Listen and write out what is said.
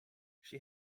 she